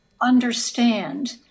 understand